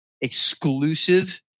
exclusive